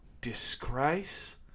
disgrace